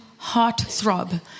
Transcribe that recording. heartthrob